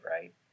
right